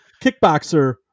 kickboxer